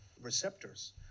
receptors